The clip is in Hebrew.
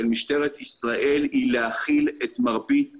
משטרת ישראל היא להכיל את מרבית המחאות.